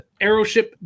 Aeroship